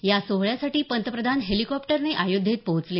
या सोहळ्यासाठी पंतप्रधान हेलिकॉप्टरने अयोध्येत पोहोचले